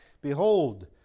Behold